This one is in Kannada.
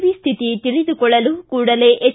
ವಿ ಸ್ವಿತಿ ತಿಳಿದುಕೊಳ್ಳಲು ಕೂಡಲೇ ಎಚ್